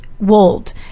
Wold